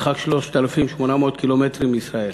מרחק 3,800 ק"מ מישראל.